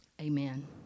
amen